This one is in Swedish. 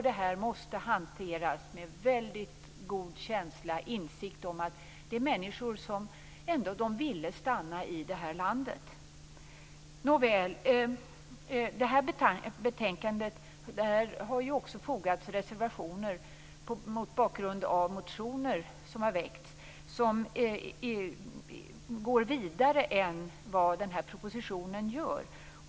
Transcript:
Det här måste hanteras med väldigt god känsla och med insikt om att det ändå gäller människor som ville stanna i det här landet. Till det här betänkandet har också fogats reservationer mot bakgrund av motioner som har väckts och som går längre än vad propositionen gör.